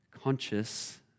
conscious